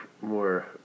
more